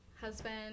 husband